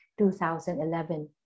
2011